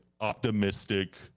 optimistic